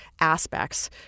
aspects